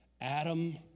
Adam